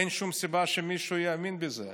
אין שום סיבה שמישהו יאמין בזה.